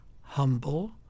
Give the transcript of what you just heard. humble